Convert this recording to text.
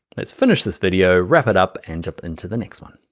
let's finish this video, wrap it up, and jump into the next one.